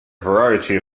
variety